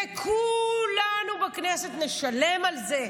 וכולנו בכנסת נשלם על זה.